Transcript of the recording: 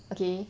okay